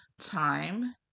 time